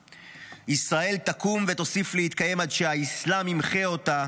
"ישראל תקום ותוסיף להתקיים עד שהאסלאם ימחה אותה